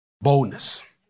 Boldness